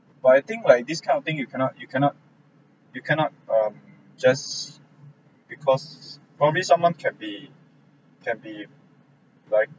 but I think like this kind of thing you cannot you cannot you cannot um just because probably someone can be can be like